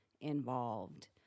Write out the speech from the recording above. involved